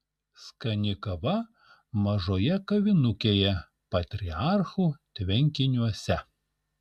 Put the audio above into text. skani kava mažoje kavinukėje patriarchų tvenkiniuose